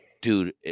dude